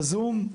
בזום?